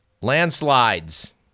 landslides